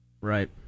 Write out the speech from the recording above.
Right